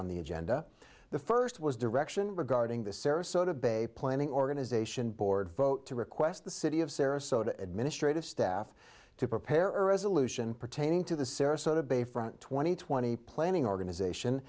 on the agenda the first was direction regarding the sarasota bay planning organization board vote to request the city of sarasota administrative staff to prepare resolution pertaining to the sarasota bayfront twenty twenty planning organization